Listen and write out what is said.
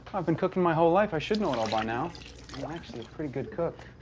i've been cooking my whole life. i should know it all by now. i'm actually a pretty good cook.